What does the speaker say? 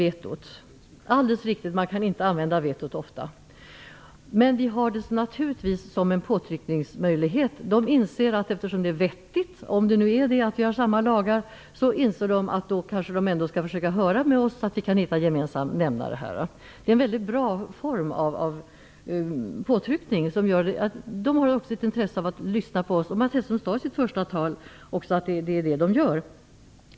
Det är alldeles riktigt att man inte ofta kan använda vetot, men vi kan naturligtvis ha det som en påtryckningsmöjlighet. Om vi nu har samma lagar inser man att man kanske skall kontakta oss för att se om vi kan finna en gemensam nämnare. Det är en mycket bra form av påtryckning. Man får intresse av att lyssna på oss, och Mats Hellström sade också i sitt första tal att det är just det som man gör.